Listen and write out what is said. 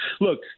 Look